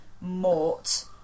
mort